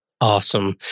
Awesome